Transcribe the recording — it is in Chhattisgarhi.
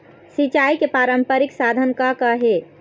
सिचाई के पारंपरिक साधन का का हे?